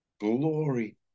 glory